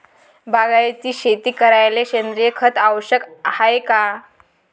बागायती शेती करायले सेंद्रिय खत आवश्यक हाये का?